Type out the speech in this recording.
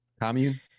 Commune